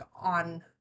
on